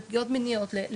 לפגיעות מיניות,